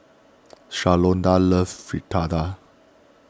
Shalonda loves Fritada